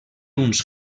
uns